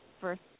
first